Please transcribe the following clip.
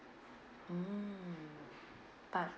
mm but